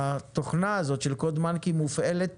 התוכנה הזו, של "קוד מנקי" מופעלת